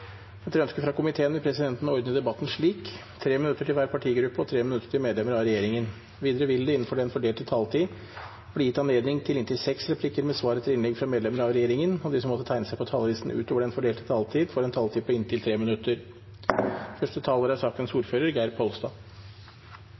Etter ønske fra næringskomiteen vil presidenten ordne debatten slik: 3 minutter til hver partigruppe og 3 minutter til medlemmer av regjeringen. Videre vil det – innenfor den fordelte taletid – bli gitt anledning til inntil seks replikker med svar etter innlegg fra medlemmer av regjeringen, og de som måtte tegne seg på talerlisten utover den fordelte taletid, får også en taletid på inntil 3 minutter. Dette er